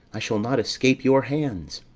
i shall not escape your hands.